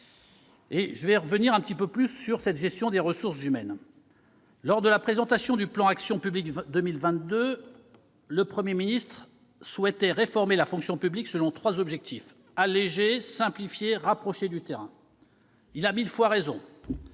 : nous n'avons pas la même conception de la gestion ! Lors de la présentation du plan Action publique 2022, le Premier ministre souhaitait réformer la fonction publique selon trois objectifs : alléger, simplifier, rapprocher du terrain. Il a mille fois raison.